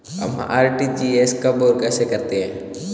हम आर.टी.जी.एस कब और कैसे करते हैं?